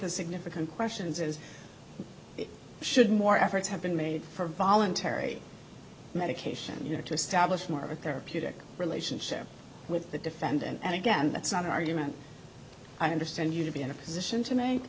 the significant questions is should more efforts have been made for voluntary medication to stop much more of a therapeutic relationship with the defendant and again that's an argument i understand you to be in a position to